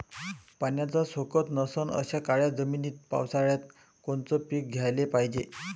पाण्याचा सोकत नसन अशा काळ्या जमिनीत पावसाळ्यात कोनचं पीक घ्याले पायजे?